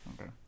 okay